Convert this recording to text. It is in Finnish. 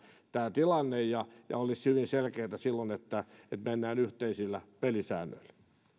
tämä tilanne kohdistuu lähes kaikkiin olisi hyvin selkeätä silloin että mennään yhteisillä pelisäännöillä